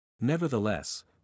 Nevertheless